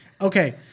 Okay